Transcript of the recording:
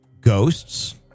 ghosts